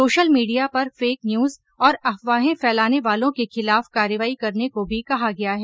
social media पर fake news और अफवाहें फैलाने वालों के खिलाफ कार्रवाई करने को भी कहा गया है